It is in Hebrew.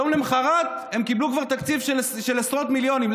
יום למוחרת הם קיבלו כבר תקציב של עשרות מיליונים.